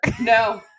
No